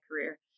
career